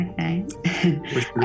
Okay